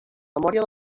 memòria